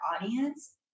audience